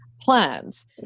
plans